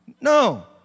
No